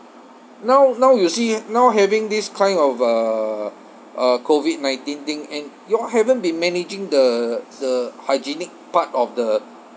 now now you see now having this kind of a uh COVID nineteen thing and you all haven't been managing the the hygienic part of the